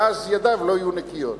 ואז ידיו לא יהיו נקיות.